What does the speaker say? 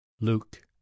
Luke